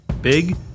big